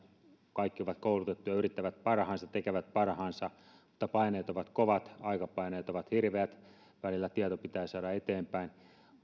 kaikki ovat koulutettuja yrittävät parhaansa tekevät parhaansa mutta paineet ovat kovat aikapaineet ovat hirveät välillä tieto pitää saada eteenpäin